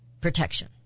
protection